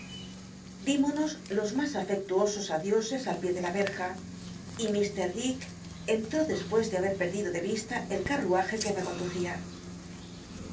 monos los mas afectuosos adioses al pié de la erja y ir dick entró despues de hal et j crdido de isla el carruaje que me conducía